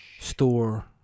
store